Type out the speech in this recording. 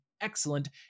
excellent